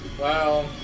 Wow